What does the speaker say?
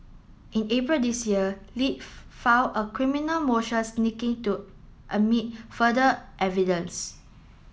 in April this year Li filed a criminal motion sneaking to admit further evidence